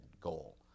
goal